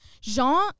Jean